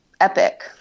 epic